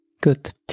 Good